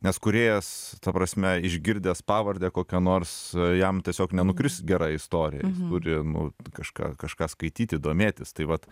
nes kūrėjas ta prasme išgirdęs pavardę kokią nors jam tiesiog nenukris gera istorija turi nu kažką kažką skaityti domėtis tai vat